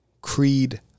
Creed